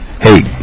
Hey